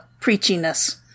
preachiness